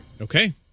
Okay